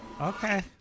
Okay